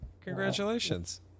Congratulations